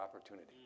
opportunity